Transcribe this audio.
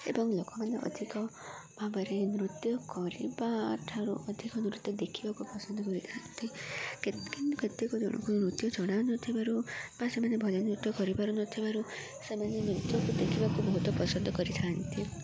ଏବଂ ଲୋକମାନେ ଅଧିକ ଭାବରେ ନୃତ୍ୟ କରିବା ଠାରୁ ଅଧିକ ନୃତ୍ୟ ଦେଖିବାକୁ ପସନ୍ଦ କରିଥାନ୍ତି କେତେକ ଜଣ ନୃତ୍ୟ ଜଣା ନଥିବାରୁ ବା ସେମାନେ ଭଜ ନୃତ୍ୟ କରିବାରୁ ନଥିବାରୁ ସେମାନେ ନୃତ୍ୟକୁ ଦେଖିବାକୁ ବହୁତ ପସନ୍ଦ କରିଥାନ୍ତି